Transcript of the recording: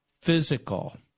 physical